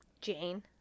Jane